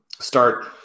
start